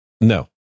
No